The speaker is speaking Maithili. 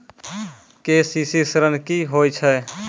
के.सी.सी ॠन की होय छै?